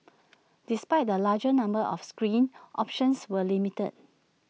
despite the larger number of screens options were limited